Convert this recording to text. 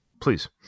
Please